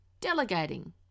delegating